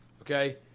okay